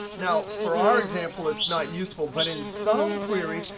now for our example, it's not useful, but in some queries,